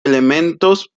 elementos